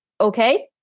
okay